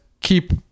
keep